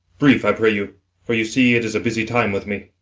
brief, i pray you for you see it is a busy time with me.